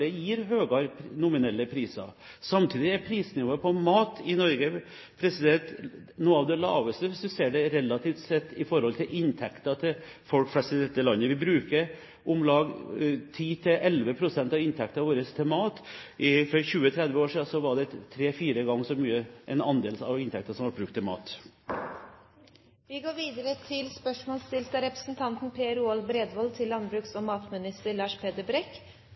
nominelle priser. Og samtidig ligger prisnivået på mat i Norge på noe av det laveste relativt sett, i forhold til inntektene til folk flest i dette landet. Vi bruker om lag 10–11 pst. av inntekten vår til mat. For 20–30 år siden var den andel av inntekten som ble brukt til mat, tre–fire ganger så høy. Jeg ønsker å stille følgende spørsmål til landbruks- og